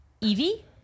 Evie